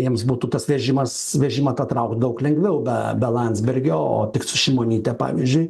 jiems būtų tas vežimas vežimą traukt daug lengviau be be landsbergio o tik su šimonyte pavyzdžiui